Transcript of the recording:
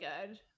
good